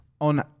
on